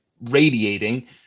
Radiating